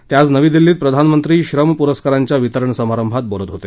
ते आज नवी दिल्लीत प्रधानमंत्री श्रम पुरस्कारांच्या वितरण समारंभात बोलत होते